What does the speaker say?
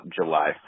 July